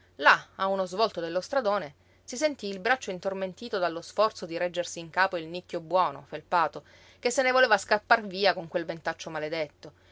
là a uno svolto dello stradone si sentí il braccio intormentito dallo sforzo di reggersi in capo il nicchio buono felpato che se ne voleva scappar via con quel ventaccio maledetto